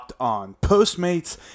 Postmates